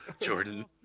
Jordan